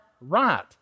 right